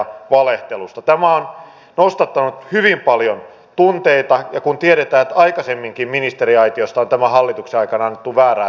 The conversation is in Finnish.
tämä on nostattanut hyvin paljon tunteita kun tiedetään että aikaisemminkin ministeriaitiosta on tämän hallituksen aikana annettu väärää tietoa